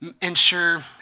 ensure